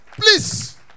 please